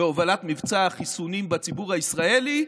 בהובלת מבצע החיסונים בציבור הישראלי.